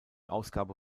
ausgabe